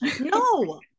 no